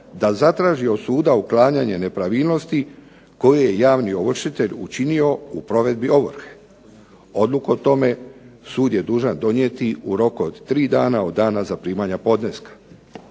da zatraži od suda uklanjanje nepravilnosti koje je javni ovršitelj učinio u provedbi ovrhe. Odluku o tome sud je dužan donijeti u roku od tri dana od dana zaprimanja podneska.